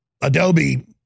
Adobe